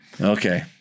okay